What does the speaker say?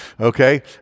okay